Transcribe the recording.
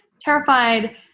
terrified